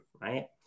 right